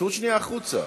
תצאו שנייה החוצה.